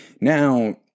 Now